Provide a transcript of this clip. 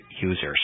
users